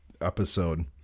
episode